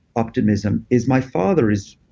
optimism is my father is